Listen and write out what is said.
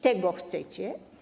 Tego chcecie?